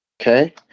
okay